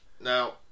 Now